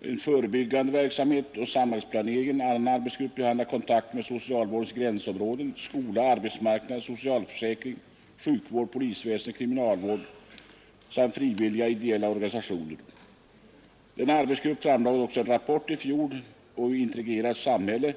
och förebyggande verksamhet samt samhällsplanering. En annan arbetsgrupp behandlar frågor om kontakter med socialvårdens gränsområden — skola, arbetsmarknad, socialförsäkring, sjukvård, polisväsende, kriminalvård samt frivilliga ideella organisationer. Utredningens huvudgrupp framlade i fjol rapporten Integrerat samhälle .